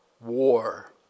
war